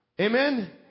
Amen